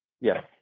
Yes